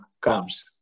comes